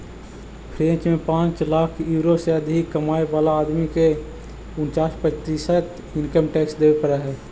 French में पाँच lakh euro से अधिक कमाय वाला आदमी के उन्चास प्रतिशत इनकम टैक्स देवे पड़ऽ हई